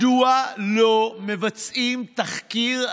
מדוע לא מבצעים תחקיר?